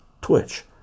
twitch